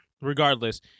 regardless